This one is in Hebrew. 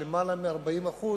כשלמעלה מ-40%